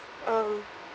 um